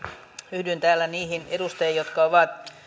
yhdyn täällä niihin edustajiin jotka ovat